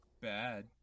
bad